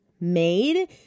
made